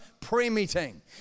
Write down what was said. pre-meeting